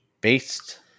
based